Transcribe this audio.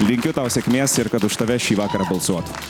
linkiu tau sėkmės ir kad už tave šį vakarą balsuotų